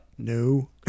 No